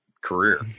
career